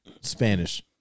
Spanish